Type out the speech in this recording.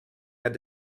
had